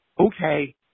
okay